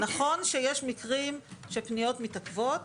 נכון שיש מקרים שפניות מתעכבות,